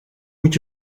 moet